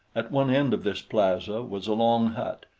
at one end of this plaza was a long hut,